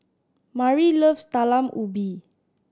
Murry loves Talam Ubi